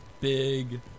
Big